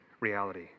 reality